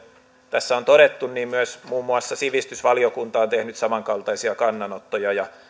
tässä on todettu myös muun muassa sivistysvaliokunta on tehnyt samankaltaisia kannanottoja ja